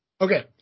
Okay